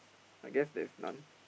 I guess there is none